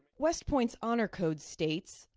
west point's honor code states,